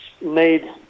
need